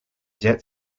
jet